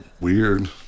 weird